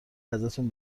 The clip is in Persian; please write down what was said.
ازتون